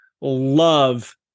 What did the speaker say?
love